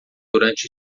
durante